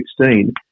2016